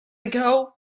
ago